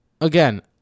again